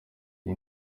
iyi